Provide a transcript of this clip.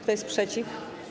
Kto jest przeciw?